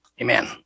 Amen